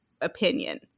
opinion